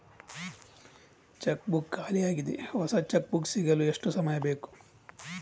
Check book ಖಾಲಿ ಯಾಗಿದೆ, ಹೊಸ ಚೆಕ್ ಬುಕ್ ಸಿಗಲು ಎಷ್ಟು ಸಮಯ ಬೇಕು?